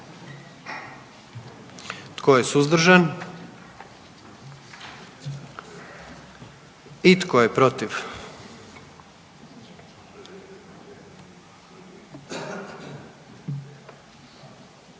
Tko je suzdržan? I tko je protiv?